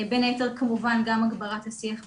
בין היתר כמובן גם הגברת השיח וההתעניינות.